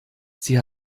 sie